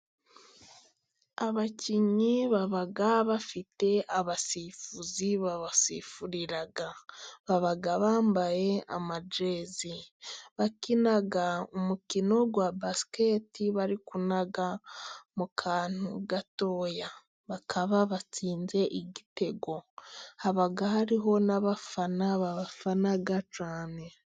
Abakinnyi baba bafite abasifuzi babasifurira, baba bambaye amajezi, bakina umukino wa basiketi, bari kunaga mu kantu gatoya, bakaba batsinze igitego, habaga hariho n'abafana babafana cyane.